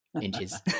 inches